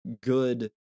good